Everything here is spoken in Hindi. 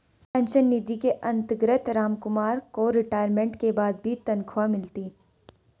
पेंशन निधि के अंतर्गत रामकुमार को रिटायरमेंट के बाद भी तनख्वाह मिलती